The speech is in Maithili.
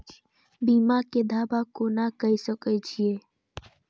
बीमा के दावा कोना के सके छिऐ?